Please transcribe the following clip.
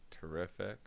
terrific